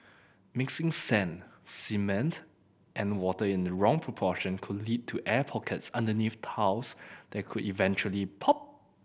mixing sand cement and water in the wrong proportion could lead to air pockets underneath tiles that could eventually pop